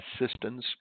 assistance